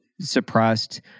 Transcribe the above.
suppressed